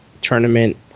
tournament